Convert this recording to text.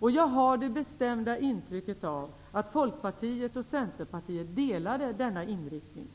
Jag har det bestämda intrycket av att Folkpartiet och Centerpartiet delade denna inriktning.